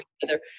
together